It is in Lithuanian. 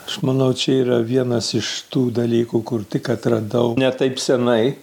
aš manau čia yra vienas iš tų dalykų kur tik atradau ne taip senai